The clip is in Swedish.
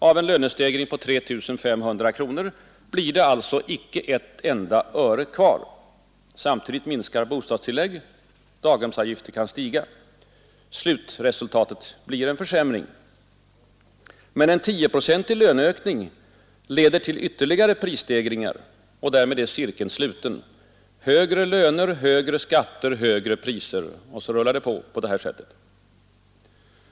Av en lönestegring på 3 500 kronor blir det alltså icke ett enda öre kvar. Samtidigt minskar bostadstillägget. Daghemsavgiften kan stiga. Slutresultatet blir en försämring. Men en 10-procentig löneökning leder till ytterligare prisstegringar. Och därmed är cirkeln sluten. Högre löner — högre skatter — högre priser. Och så rullar det vidare på det här sättet.